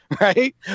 Right